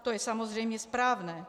To je samozřejmě správné.